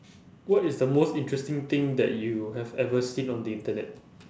what is the most interesting thing that you have ever seen on the internet